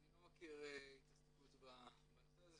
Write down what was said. אני לא מכיר התעסקות בנושא הזה.